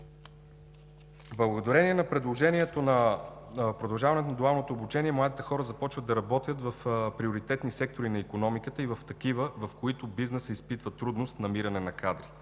Благодарение на продължаването на дуалното обучение младите хора започват да работят в приоритетни сектори на икономиката и в такива, в които бизнесът изпитва трудност при намирането на кадри.